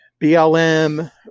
BLM